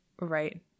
Right